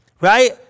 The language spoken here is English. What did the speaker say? right